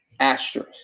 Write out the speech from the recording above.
Astros